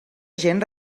gent